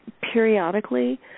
periodically